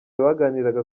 baganiraga